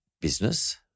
business